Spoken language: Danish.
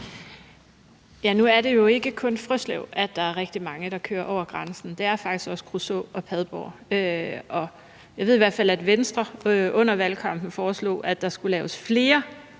Nu er det jo ikke kun ved Frøslev, der er rigtig mange, der kører over grænsen. Det er faktisk også ved Kruså og Padborg, og jeg ved i hvert fald, at Venstre under valgkampen foreslog, at der skulle laves flere